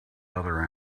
other